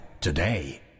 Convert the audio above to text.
today